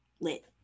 lit